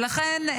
לכן,